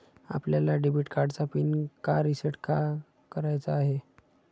आपल्याला डेबिट कार्डचा पिन का रिसेट का करायचा आहे?